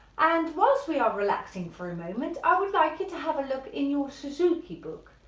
and whilst we are relaxing for a moment i would like you to have a look in your suzuki book,